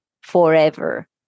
forever